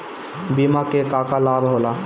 बिमा के का का लाभ होला?